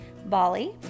bali